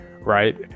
right